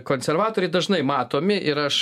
konservatoriai dažnai matomi ir aš